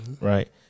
right